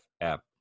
app